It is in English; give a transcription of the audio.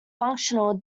functional